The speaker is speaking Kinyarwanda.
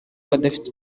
badafite